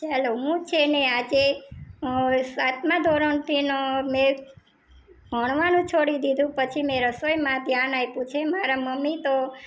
ચાલો હું છે ને આજે હું સાતમાં ધોરણથીને મેં ભણવાનું છોડી દીધું પછી મેં રસોઈમાં ધ્યાન આપ્યું છે મારા મમ્મી તો